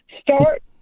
Start